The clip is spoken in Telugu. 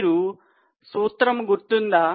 మీరు సూత్రం గుర్తుందా